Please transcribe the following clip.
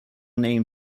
name